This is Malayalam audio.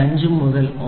5 മുതൽ 9